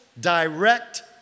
direct